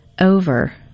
over